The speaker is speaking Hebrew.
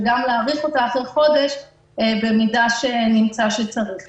וגם להאריך אותה אחרי חודש במידה ונמצא שצריך.